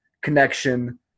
connection